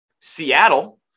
Seattle